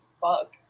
fuck